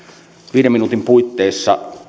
viiden minuutin puitteissa